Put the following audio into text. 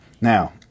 now